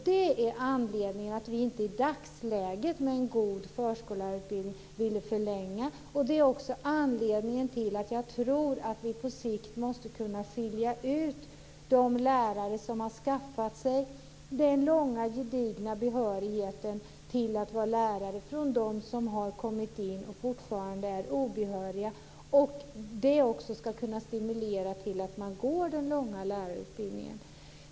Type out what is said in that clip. Det är anledningen till att vi inte i dagsläget, med en god förskollärarutbildning, ville förlänga den. Det är också anledningen till att jag tror att vi på sikt måste kunna skilja ut de lärare som har skaffat sig den gedigna behörigheten som lärare från dem som fortfarande är obehöriga. Det ska också kunna stimulera till att man går den långa lärarutbildningen.